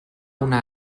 una